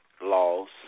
laws